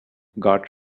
got